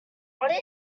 what